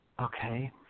Okay